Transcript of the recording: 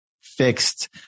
fixed